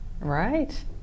Right